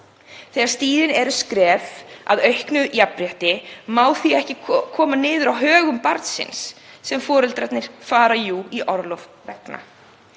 Þegar stigin eru skref að auknu jafnrétti má það því ekki koma niður á högum barnsins sem foreldrarnir fara í orlof vegna.